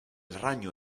ragno